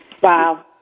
Wow